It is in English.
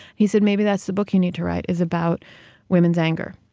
he said maybe that's the book you need to write, is about women's anger.